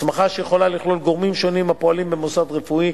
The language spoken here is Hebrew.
הסמכה שיכולה לכלול גורמים שונים הפועלים במוסד רפואי,